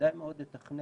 כדאי מאוד לתכנן